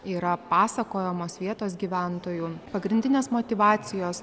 yra pasakojamos vietos gyventojų pagrindinės motyvacijos